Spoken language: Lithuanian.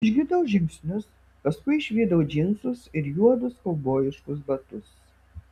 išgirdau žingsnius paskui išvydau džinsus ir juodus kaubojiškus batus